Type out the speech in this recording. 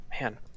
man